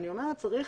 אני אומרת שצריך